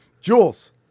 Jules